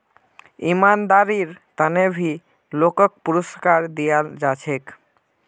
ईमानदारीर त न भी लोगक पुरुस्कार दयाल जा छेक